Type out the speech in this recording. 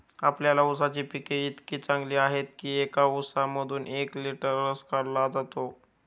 आपल्या ऊसाची पिके इतकी चांगली आहेत की एका ऊसामधून एक लिटर रस काढला जातो